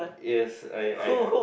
yes I I uh